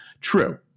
True